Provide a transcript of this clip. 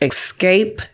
Escape